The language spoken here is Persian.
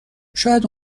شاید